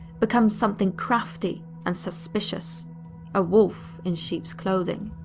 becomes something crafty and suspicious a wolf in sheep's clothing.